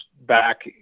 back